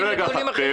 זה חשוב.